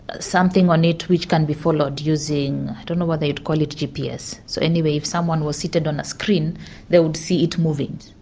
something on it which can be followed using, i don't know whether you'd call it gps. so anyway, if someone would see it on a screen they would see it moving.